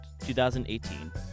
2018